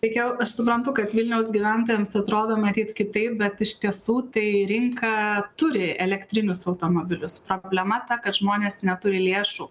todėl aš suprantu kad vilniaus gyventojams atrodo matyt kitaip bet iš tiesų tai rinka turi elektrinius automobilius problema ta kad žmonės neturi lėšų